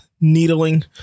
needling